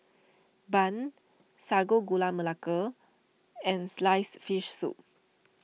Bun Sago Gula Melaka and Sliced Fish Soup